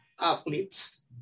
athletes